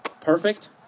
perfect